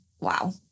Wow